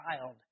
child